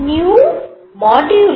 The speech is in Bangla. e